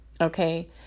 Okay